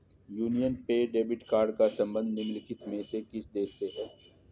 Union Pay debit card का संबंध निम्नलिखित में से किस देश से है?